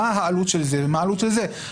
מה העלות של זה ומה העלות של זה,